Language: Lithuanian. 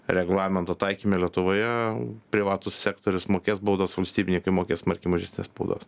reglamento taikyme lietuvoje privatus sektorius mokės baudas valstybininkai mokės smarkiai mažesnes baudas